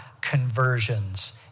conversions